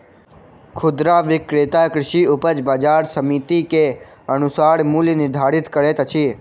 खुदरा विक्रेता कृषि उपज बजार समिति के अनुसार मूल्य निर्धारित करैत अछि